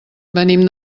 venim